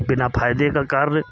बिना फायदे का कार्य